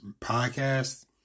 podcast